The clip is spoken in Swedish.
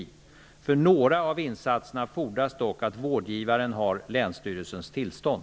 För några av insatserna fordras dock att vårdgivaren har länsstyrelsens tillstånd.